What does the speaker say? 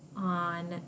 on